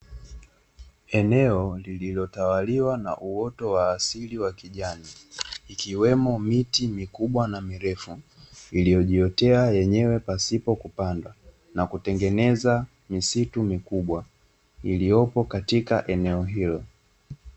Eneo lililotawaliwa na uoto wa asili wa kijani, ikiwemo miti mikubwa na mirefu iliyojiotea yenyewe pasipo kupandwa, na kutengeneza misitu mikubwa, iliyopo katika eneo hilo.